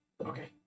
okay